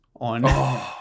on